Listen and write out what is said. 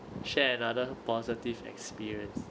share another positive experience